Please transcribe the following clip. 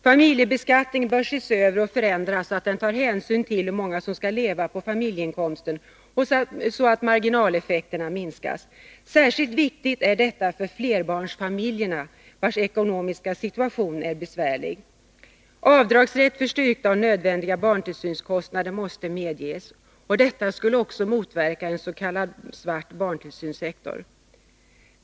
Familjebeskattningen bör ses över och förändras, så att den tar hänsyn till hur många som skall leva på familjeinkomsten och så att marginaleffekterna minskas. Särskilt viktigt är detta för flerbarnsfamiljerna, vars ekonomiska situation är besvärlig. Avdragsrätt för styrkta och nödvändiga barntillsynskostnader måste medges. Detta skulle också motverka en s.k. svart barntillsynssektor.